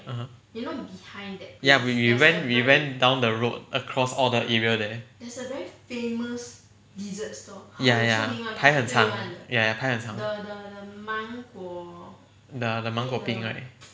(uh huh) ya we we we went down the road across all the area there ya ya 排很长 ya ya 排很长 the the 芒果冰 right